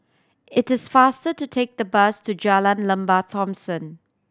it is faster to take the bus to Jalan Lembah Thomson